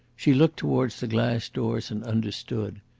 she looked towards the glass doors and understood.